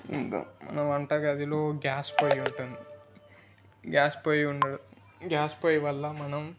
వంటగదిలో గ్యాస్ పొయ్యి ఉంటుంది గ్యాస్ పొయ్యి ఉండటం గ్యాస్ పొయ్యి వల్ల మనం